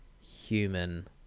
human